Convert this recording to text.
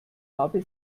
habe